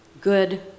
good